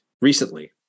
recently